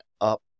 up